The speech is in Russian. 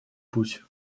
путь